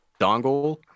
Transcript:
dongle